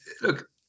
Look